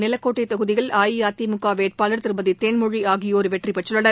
நிலக்கோட்டை தொகுதியில் அஇஅதிமுக வேட்பாளர் திருமதி தேன்மொழி ஆகியோர் வெற்றி பெற்றுள்ளனர்